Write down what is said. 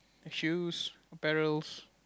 shoes apparels